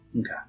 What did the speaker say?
Okay